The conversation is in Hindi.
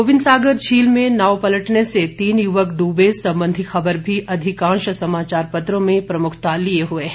गोबिंदसागर झील में नाव पलटने से तीन युवक डूबे संबंधी खबर भी अधिकांश समाचार पत्रों में प्रमुखता लिए हुए है